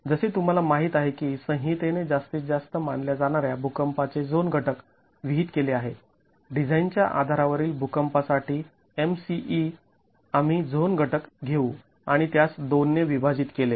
जसे तुम्हाला माहित आहे की संहितेने जास्तीत जास्त मानल्या जाणाऱ्या भुकंपाचे झोन घटक विहित केले आहेत डिझाईन च्या आधारावरील भुकंपासाठी MCE आम्ही झोन घटक घेऊ आणि त्यास २ ने विभाजित केले